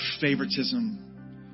favoritism